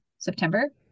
September